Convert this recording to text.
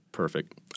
Perfect